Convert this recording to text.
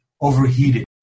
overheated